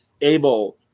able